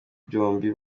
byombi